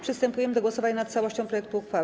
Przystępujemy do głosowania nad całością projektu uchwały.